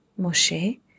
Moshe